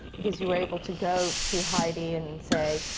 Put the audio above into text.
because you were able to go to heidi and say,